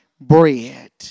bread